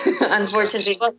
unfortunately